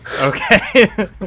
Okay